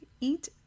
eat